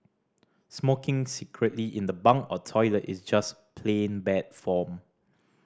smoking secretly in the bunk or toilet is just plain bad form